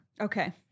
okay